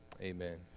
Amen